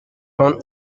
son